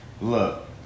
Look